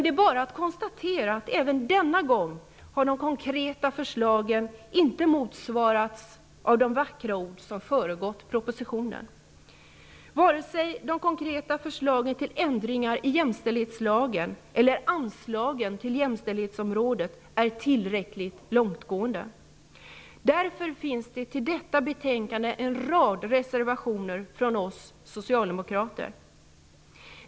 Det är bara att konstatera att de konkreta förslagen inte heller denna gång har motsvarats av de vackra ord som har föregått propositionen. Varken de konkreta förslagen om ändringar i jämställdhetslagen eller om anslagen till jämställdhetsområdet är tillräckligt långtgående. Därför finns det till detta betänkande en rad reservationer från oss socialdemokrater.